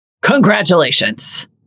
Congratulations